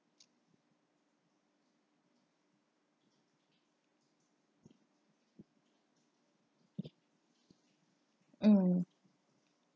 mm